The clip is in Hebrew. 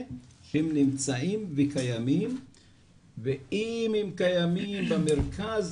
שהם נמצאים וקיימים ואם הם נמצאים במרכז,